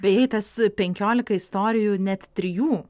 beje į tas penkiolika istorijų net trijų